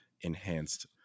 enhanced